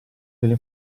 delle